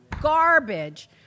garbage